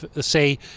Say